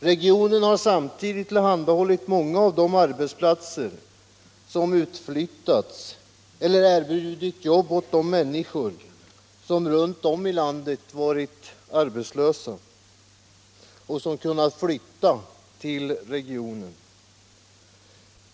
Regionen har samtidigt tillhandahållit många arbetsplatser som erbjudit jobb åt de människor runt om i landet som varit arbetslösa i sina hemkommuner men som kunnat flytta till den här regionen.